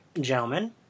gentlemen